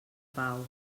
pau